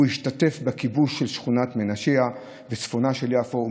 הוא השתתף בכיבוש של שכונת מנשייה בצפונה של יפו,